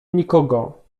nikogo